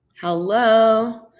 Hello